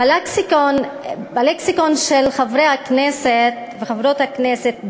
בלקסיקון של חברי הכנסת וחברות הכנסת,